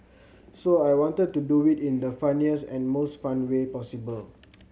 so I wanted to do it in the funniest and most fun way possible